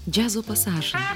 džiazo pasažą